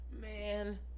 Man